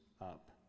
up